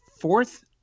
fourth